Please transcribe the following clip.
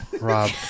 Rob